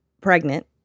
pregnant